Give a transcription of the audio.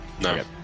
no